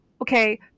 okay